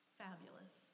fabulous